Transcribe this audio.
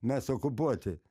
mes okupuoti